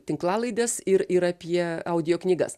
tinklalaides ir ir apie audio knygas